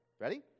Ready